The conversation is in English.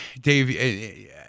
Dave